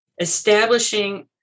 establishing